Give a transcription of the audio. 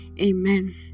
Amen